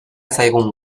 zaigun